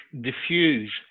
diffuse